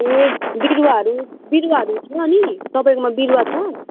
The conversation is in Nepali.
ए बिरुवाहरू बिरुवाहरू छ अनि तपाईँकोमा बिरुवा छ